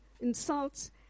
insults